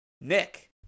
Nick